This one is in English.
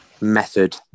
method